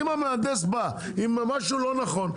אם המהנדס בא עם משהו לא נכון,